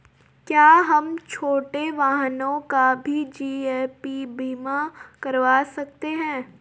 क्या हम छोटे वाहनों का भी जी.ए.पी बीमा करवा सकते हैं?